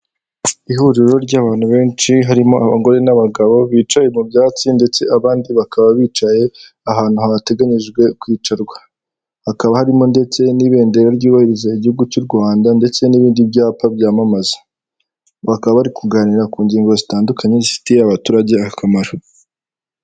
Ihuriro ry'abantu benshi harimo abagore n'abagabo bicaye mu byatsi ndetse abandi bakaba bicaye ahantu hateganyijwe kwicarwa .Hakaba harimo ndetse n'ibendera ryubahiriza igihugu cy'u Rwanda ndetse n'ibindi byapa byamamaza ,bakaba bari kuganira ku ngingo zitandukanye zifitiye abaturage akamaro.